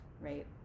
right